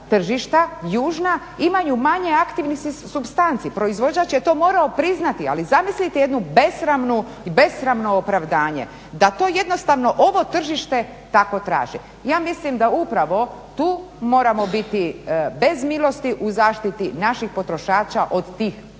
tržišta južna imaju manje aktivni supstanci. Proizvođač je to morao priznati, ali zamislite jednu besramnu, besramno opravdanje, da to jednostavno ovo tržište tako traži. Ja mislim da upravo tu moramo biti bez misliti u zaštiti naših potrošača od tih prevara